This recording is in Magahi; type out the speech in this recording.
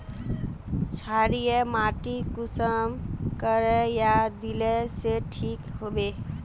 क्षारीय माटी कुंसम करे या दिले से ठीक हैबे?